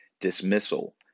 dismissal